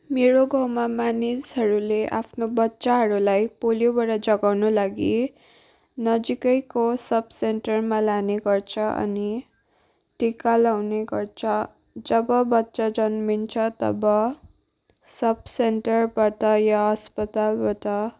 मेरो गाउँमा मानिसहरूले आफ्नो बच्चाहरूलाई पोलियोबाट जोगाउनु लागि नजिकैको सब सेन्टरमा लाने गर्छ अनि टिका लाउने गर्छ जब बच्चा जन्मिन्छ तब सब सेन्टरबट या अस्पतालबाट